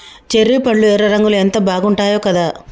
cherry పండ్లు ఎర్ర రంగులో ఎంత బాగుంటాయో కదా